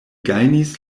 gajnis